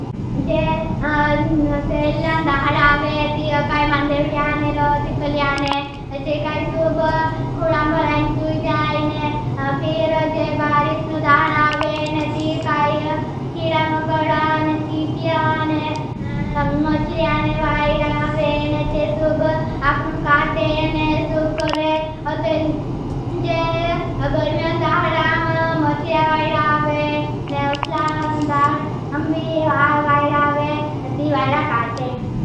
जे सेल्लां दाहडावे ती काई मांदेवडियाने। रोजचिपकलियाने चे काई सूब खुणां भराइन सूजाईने। फिर जे बारिषनों दाहडावे ती काई कीडा, मकडा, चीटियाने, मच्चिरियाने वाईडावे चे। सूब आपनों काटेने सूब करे। जे गर्में दाहडावे मच्चिरियाने वाईडावे ने उसलां दाहडावे अंभी वाईडावे ती वाईडा काटे।